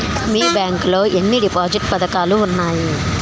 మీ bank లో ఎన్ని deposit పథకాలు ఉన్నాయి?